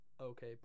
okay